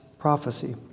prophecy